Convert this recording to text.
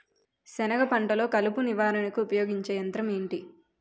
సెనగ పంటలో కలుపు నివారణకు ఉపయోగించే యంత్రం ఏంటి?